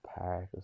Park